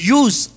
use